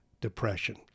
depression